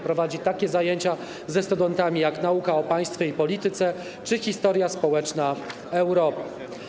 Prowadzi takie zajęcia ze studentami, jak nauka o państwie i polityce czy historia społeczna Europy.